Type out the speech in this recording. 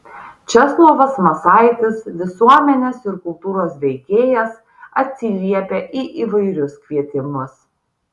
česlovas masaitis visuomenės ir kultūros veikėjas atsiliepia į įvairius kvietimus